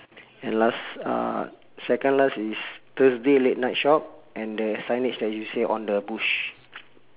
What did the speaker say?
and last uh second last is thursday late night shop and the signage that you say on the bush